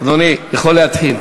אדוני יכול להתחיל.